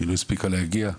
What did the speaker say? היא לא הספיקה להגיע,